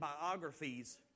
biographies